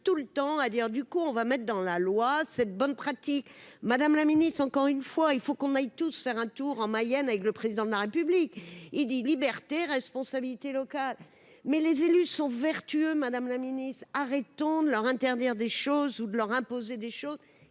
tout le temps à dire, du coup, on va mettre dans la loi cette bonne pratique madame la Ministre, encore une fois, il faut qu'on aille tous faire un tour en Mayenne, avec le président de la République, il dit : liberté, responsabilité locale mais les élus sont vertueux, Madame la Ministre, arrêtons de leur interdire des choses ou de leur imposer des choses